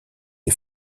des